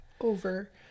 over